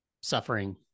suffering